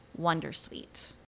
Wondersuite